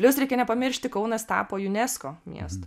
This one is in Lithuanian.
plius reikia nepamiršti kaunas tapo unesco miesto